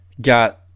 Got